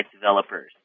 developers